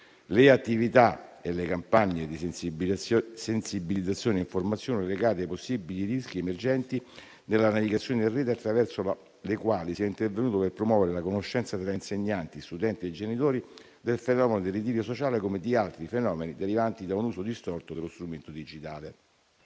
le attività e le campagne di sensibilizzazione e informazione legate ai possibili rischi emergenti nella navigazione in Rete, attraverso le quali si è intervenuti per promuovere la conoscenza tra insegnanti, studenti e genitori del fenomeno del ritiro sociale, come di altri fenomeni derivanti da un uso distorto dello strumento digitale.